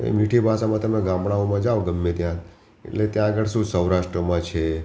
મીઠી ભાષામાં તમે ગામડાઓમાં જાઓ ગમે ત્યા એટલે ત્યાં આગળ શું સૌરાષ્ટ્રમાં છે